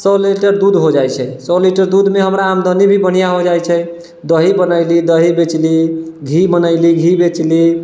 सए लीटर दूध हो जाइत छै सए लीटर दूधमे हमरा आमदनी भी बढ़िआँ हो जाइत छै दही बनेली दही बेचली घी बनेली घी बेचली